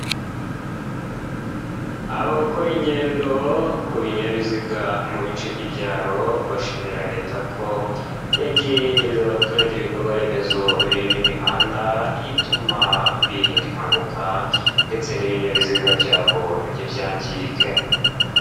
Abakora ingendo ku binyabiziga mu bice by'ibyaro bashimira Leta ko yagiye yegereza abaturage ibikorwaremezo birimo imihanda ituma birinda impanuka ndetse n'ibinyabiziga byabo ntibyangirike.